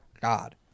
God